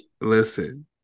listen